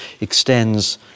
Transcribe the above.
extends